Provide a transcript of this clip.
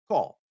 Call